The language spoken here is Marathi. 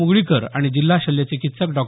मुगळीकर आणि जिल्हा शल्य चिकित्सक डॉ